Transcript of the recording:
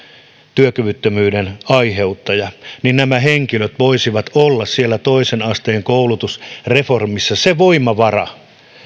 työkyvyttömyyden aiheuttajat nämä henkilöt voisivat olla siellä toisen asteen koulutusreformissa se voimavara